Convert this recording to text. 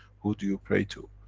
who do you pray to?